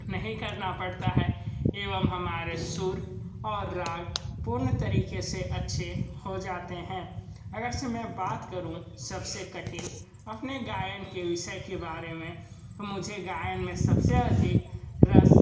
नहीं करना पड़ता है एवं हमारे सुर और राग पूर्ण तरीके से अच्छे हो जाते हैं अगर से मैं बात करूँ सबसे कठिन अपने गायन के विषय के बारे में तो मुझे गायन में सबसे अधिक रस